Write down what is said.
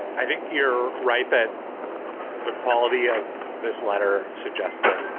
i think you're right that the quality of this letter suggests that